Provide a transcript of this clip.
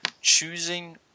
choosing